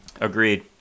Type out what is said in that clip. Agreed